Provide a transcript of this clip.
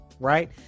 Right